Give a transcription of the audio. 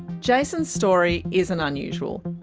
jason's story isn't unusual.